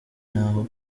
n’aho